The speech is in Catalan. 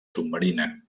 submarina